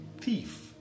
thief